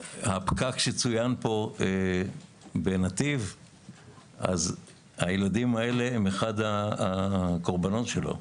צוין פה הפקק בנתיב והילדים האלה הם אחד הקורבנות שלו.